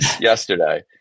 yesterday